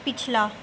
ਪਿਛਲਾ